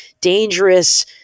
dangerous